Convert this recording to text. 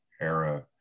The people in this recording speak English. era